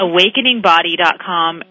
Awakeningbody.com